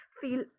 feel